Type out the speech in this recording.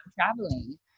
Traveling